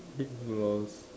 lip gloss